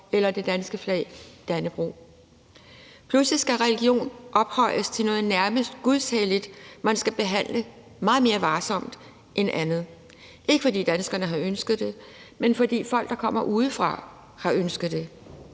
eller det danske flag, Dannebrog. Pludselig skal religion ophøjes til noget nærmest gudshelligt, som man skal behandle meget mere varsomt end andet – ikke fordi danskerne har ønsket det, men fordi folk, der kommer udefra, har ønsket det.